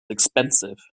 expensive